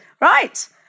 Right